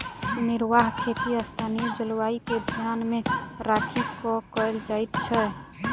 निर्वाह खेती स्थानीय जलवायु के ध्यान मे राखि क कयल जाइत छै